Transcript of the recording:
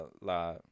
La